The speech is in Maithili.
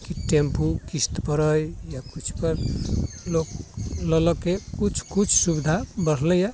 कि टेम्पू किस्त पर अइ या कुछु पर लोक लऽ लऽ के किछु किछु सुविधा बढ़लैया